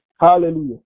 Hallelujah